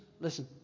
Listen